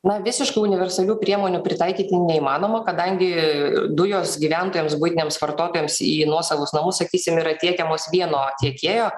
na visiškai universalių priemonių pritaikyti neįmanoma kadangi dujos gyventojams buitiniams vartotojams į nuosavus namus sakysim yra tiekiamos vieno tiekėjo